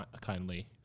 kindly